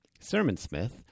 SermonSmith